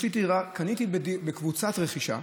יש לי דירה, קניתי בקבוצת רכישה,